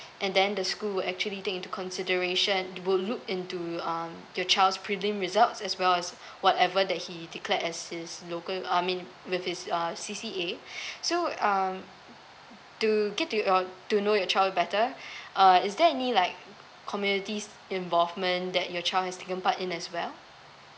and then the school will actually take into consideration will look into um your child's prelim results as well as whatever that he declared as his local I mean with his uh C_C_A so um to get to your to know your child better uh is there any like communities involvement that your child has taken part in as well